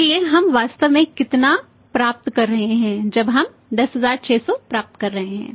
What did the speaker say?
इसलिए हम वास्तव में कितना प्राप्त कर रहे हैं जब हम 10600 प्राप्त कर रहे हैं